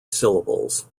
syllables